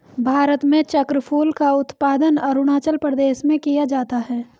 भारत में चक्रफूल का उत्पादन अरूणाचल प्रदेश में किया जाता है